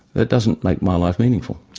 that doesn't make my life meaningful.